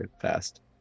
fast